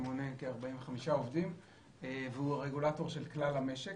גוף שמונה כ- 45 עובדים והוא הרגולטור של כלל המשק.